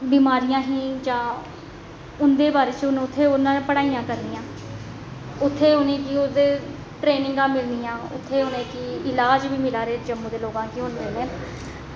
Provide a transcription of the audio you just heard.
बिमारियां ही जां उंदे बारे च हून उत्थें उ'नें पढ़ाईयां करनियां उत्थें उनेंगी ओह्दे ट्रेनिंगां मिलनियां उत्थें उ'नेंगी ईलाज़ बी मिला दे जम्मू दे लोकां गी हून मिलने न